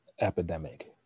epidemic